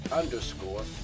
underscore